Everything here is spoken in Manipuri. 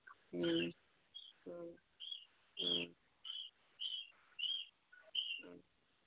ꯎꯝ ꯎꯝ ꯎꯝ ꯎꯝ